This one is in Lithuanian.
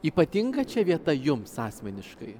ypatinga čia vieta jums asmeniškai